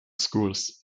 schools